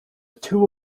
two